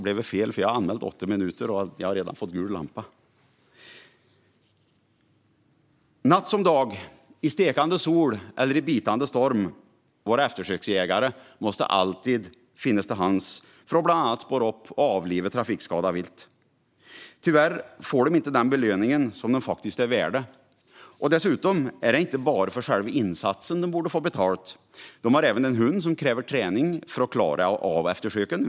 Natt som dag, i stekande sol eller i bitande storm - våra eftersöksjägare måste alltid finnas till hands, bland annat för att spåra upp och avliva trafikskadat vilt. Tyvärr får de inte den belöning de faktiskt är värda. Dessutom är det inte bara själva insatsen de borde få betalt för. De har även en hund som kräver träning för att klara av eftersöken.